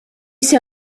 see